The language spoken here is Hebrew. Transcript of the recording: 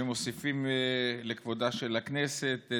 שמוסיפים לכבודה של הכנסת,